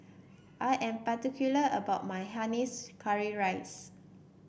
I am particular about my Hainanese Curry Rice